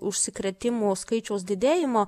užsikrėtimų skaičiaus didėjimo